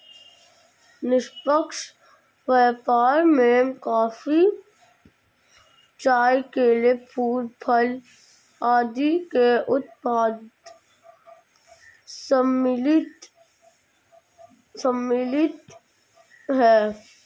निष्पक्ष व्यापार में कॉफी, चाय, केला, फूल, फल आदि के उत्पाद सम्मिलित हैं